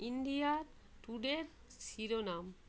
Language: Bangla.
ইন্ডিয়া টুডে র শিরোনাম